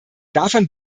davon